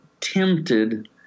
tempted